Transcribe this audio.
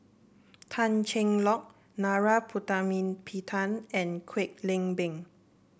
Tan Cheng Lock Narana Putumaippittan and Kwek Leng Beng